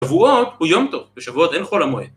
שבועות הוא יום טוב, בשבועות אין חול המועד